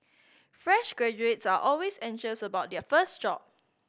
fresh graduates are always anxious about their first job